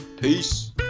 Peace